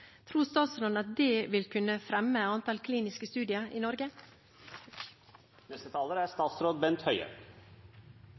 Tror statsråden at det vil kunne fremme antall kliniske studier i Norge?